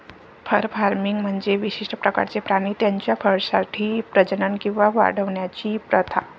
fur farming म्हणजे विशिष्ट प्रकारचे प्राणी त्यांच्या फरसाठी प्रजनन किंवा वाढवण्याची प्रथा